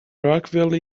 rockville